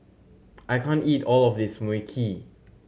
I can't eat all of this Mui Kee